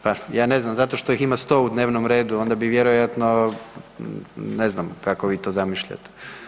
Pa ja ne znam, zato što ih ima 100 u dnevnom redu, onda bi vjerojatno, ne znam kako vi to zamišljate.